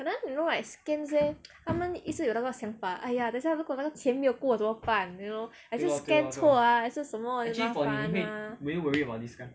可能 you know like scans leh 他们一直有那个想法 !aiya! 等一下如果那个钱没有过怎么办 you know 还是 scan 错 ah 还是什么 ah 麻烦 ah